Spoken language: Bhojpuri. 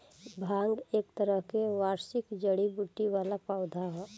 भांग एक तरह के वार्षिक जड़ी बूटी वाला पौधा ह